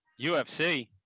UFC